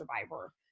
survivor